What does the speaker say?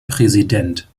präsident